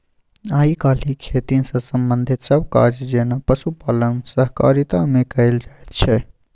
आइ काल्हि खेती सँ संबंधित सब काज जेना पशुपालन सहकारिता मे कएल जाइत छै